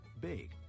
bake